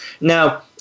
Now